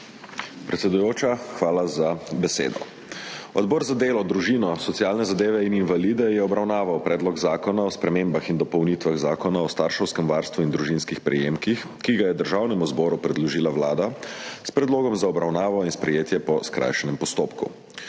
Predsedujoča, hvala za besedo. Odbor za delo, družino, socialne zadeve in invalide je obravnaval Predlog zakona o spremembah in dopolnitvah Zakona o starševskem varstvu in družinskih prejemkih, ki ga je Državnemu zboru predložila Vlada s predlogom za obravnavo in sprejetje po skrajšanem postopku.